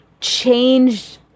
changed